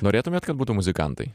norėtumėt kad būtų muzikantai